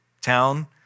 town